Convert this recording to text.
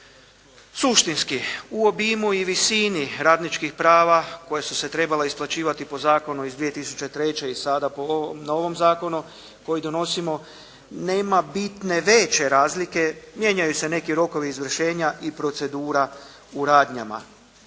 Suštinski, u obimu i visini radničkih prava koja su se trebala isplaćivati po zakonu iz 2003. i sada po ovom novom zakonu koji donosimo nema bitne veće razlike, mijenjaju se neki rokovi i izvršenja, i procedura u radnjama.